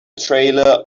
trailer